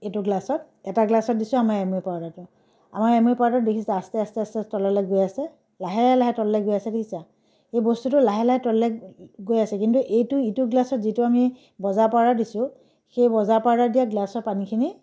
এইটো গিলাচত এটা গিলাচত দিছোঁ আমাৰ এমৱে পাউডাৰটো আমাৰ এমৱে পাউডাৰটো দেখিছা আস্তে আস্তে আস্তে তললৈ গৈ আছে লাহে লাহে তললৈ গৈ আছে দেখিছা এই বস্তুটো লাহে লাহে তললৈ গৈ আছে কিন্তু এইটো ইটো গিলাচত যিটো আমি বজাৰৰ পাউডাৰ দিছোঁ সেই বজাৰৰ পাউডাৰ দিয়া গিলাচৰ পানীখিনি